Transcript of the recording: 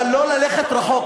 אבל לא ללכת רחוק.